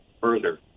further